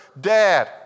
dad